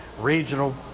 regional